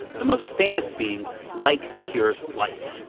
the most famous being like cures like.